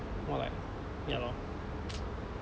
or like ya lor